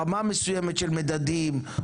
רמה מסוימת של מדדים,